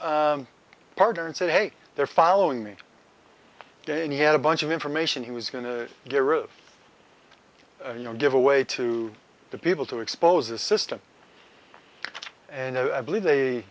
partner and said hey they're following me and he had a bunch of information he was going to get a roof you know give away to the people to expose the system and i believe they